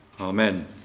Amen